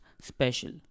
special